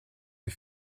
les